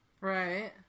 Right